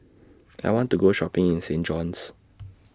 I want to Go Shopping in Saint John's